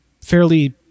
fairly